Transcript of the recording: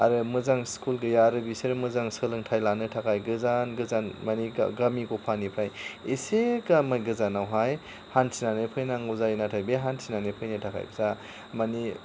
आरो मोजां स्कुल गैया आरो बिसोर मोजां सोलोंथाइ लानो थाखाय गोजान गोजान मानि गामि गफानिफ्राय एसे गामि गोजानावहाय हान्थिनानै फैनांगौ जायो नाथाय बे हान्थिनानै फैनो थाखाय बा मानि